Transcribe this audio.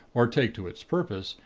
or take to its purpose,